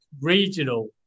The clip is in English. regional